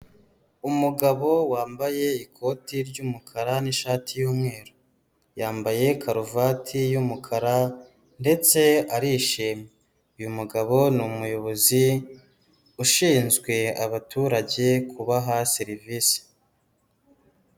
Umugabo wambaye ikoti ry'umukara n'ishati y'umweru, yambaye karuvati y'umukara ndetse arishimye, uyu mugabo ni umuyobozi ushinzwe abaturage kubaha serivisi.